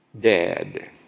dead